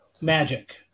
Magic